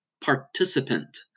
participant